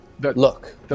Look